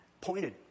pointed